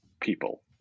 people